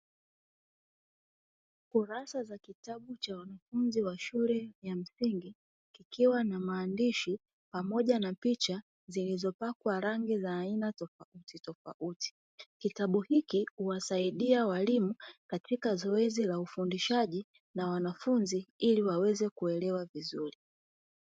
kurasa za kitabu cha wanafunzi wa shule ya msingi kikiwa na maandishi pamoja na picha zilizopakwa rangi za aina tofautitofauti, kitabu hiki huwasaidia walimu katika zoezi la ufundishaji na wanafunzi ili waweze kuelewa vizuri.